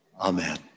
Amen